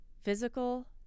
physical